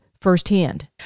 firsthand